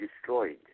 destroyed